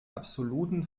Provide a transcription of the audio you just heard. absoluten